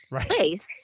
place